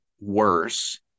worse